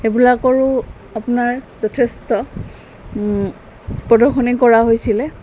এইবিলাকৰো আপোনাৰ যথেষ্ট প্ৰদৰ্শনী কৰা হৈছিলে